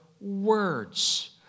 words